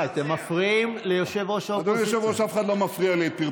שוחד, מרמה והפרת אמונים.